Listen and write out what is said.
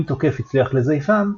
אם תוקף הצליח לזייפם,